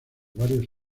varios